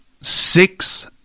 six